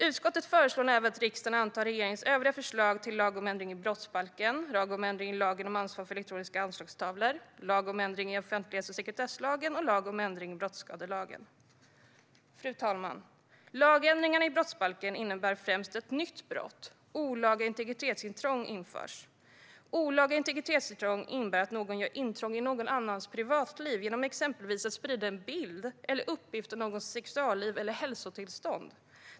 Utskottet föreslår även att riksdagen antar regeringens övriga förslag till lag om ändring i brottsbalken, lag om ändring i lagen om ansvar för elektroniska anslagstavlor, lag om ändring i offentlighets och sekretesslagen och lag om ändring i brottsskadelagen. Fru talman! Lagändringarna i brottsbalken innebär främst att en ny brottsrubricering - olaga integritetsintrång - införs. Olaga integritetsintrång innebär att någon gör intrång i någon annans privatliv genom att exempelvis sprida en bild på eller uppgift om någons sexualliv eller hälsotillstånd.